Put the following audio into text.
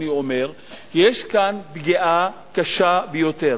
אני אומר שיש כאן פגיעה קשה מאוד,